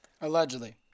Allegedly